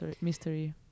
mystery